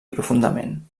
profundament